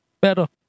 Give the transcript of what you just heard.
Pero